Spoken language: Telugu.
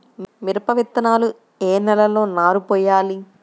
మిరప విత్తనాలు ఏ నెలలో నారు పోయాలి?